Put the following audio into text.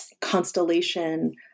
constellation